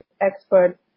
expert